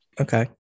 Okay